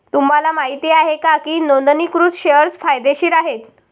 तुम्हाला माहित आहे का की नोंदणीकृत शेअर्स फायदेशीर आहेत?